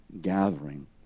gathering